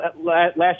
Last